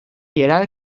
yerel